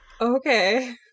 Okay